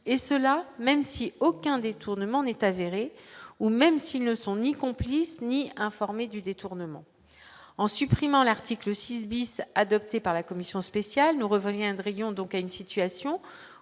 et cela même si aucun détournement n'est avéré, ou même s'ils ne sont ni complice ni informé du détournement en supprimant l'article 6 bis adopté par la commission spéciale, nous reviendrions donc à une situation